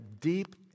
deep